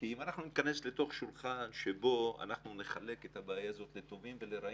אם אנחנו נתכנס לתוך שולחן שבו אנחנו נחלק את הבעיה הזאת לטובים ולרעים,